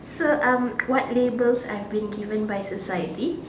so um what labels have been given by society